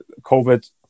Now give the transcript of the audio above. COVID